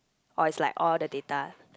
orh is like all the data ah